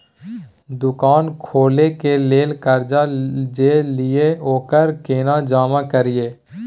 दुकान खोले के लेल कर्जा जे ललिए ओकरा केना जमा करिए?